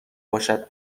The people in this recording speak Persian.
باشد